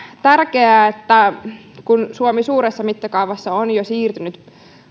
tärkeää että kun suomi suuressa mittakaavassa on jo siirtynyt